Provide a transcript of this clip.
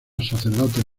sacerdotes